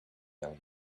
young